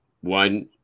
One